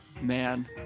man